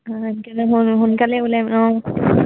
অঁ সোনকালে ওলাই